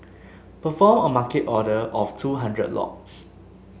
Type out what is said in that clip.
perform a market order of two hundred lots